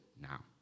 now